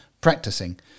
practicing